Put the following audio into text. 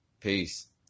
Peace